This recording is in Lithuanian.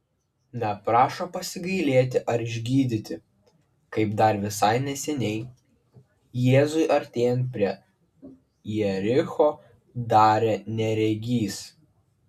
neprašo pasigailėti ar išgydyti kaip dar visai neseniai jėzui artėjant prie jericho darė neregys